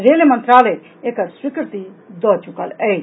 rail मंत्रालय एकर स्वीकृति दऽ चुकल अछि